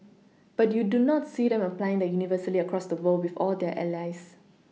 but you do not see them applying that universally across the world with all their allies